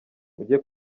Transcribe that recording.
mujye